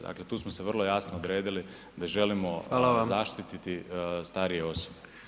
Dakle, tu smo se vrlo jasno odredili da želimo zaštititi [[Upadica: Hvala vam.]] starije osobe.